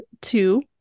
two